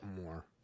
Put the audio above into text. more